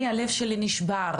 אני הלב שלי נשבר,